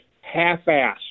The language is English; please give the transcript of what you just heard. half-assed